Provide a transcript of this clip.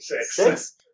six